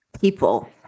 people